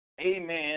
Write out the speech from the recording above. amen